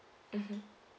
mmhmm